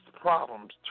problems